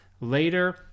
later